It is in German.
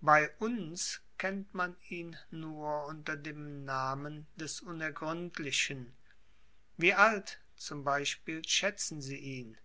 bei uns kennt man ihn nur unter dem namen des unergründlichen wie alt zum beispiel schätzen sie ihn